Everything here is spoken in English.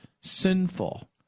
sinful